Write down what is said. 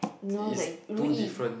no the Ru Yi